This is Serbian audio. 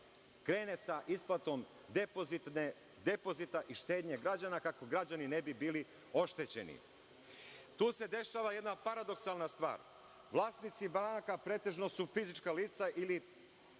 krene sa isplatom depozita i štednje građana, kako građani ne bi bili oštećeni. Tu se dešava jedna paradoksalna stvar. Vlasnici banaka pretežno su fizička lica,